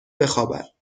بخوابد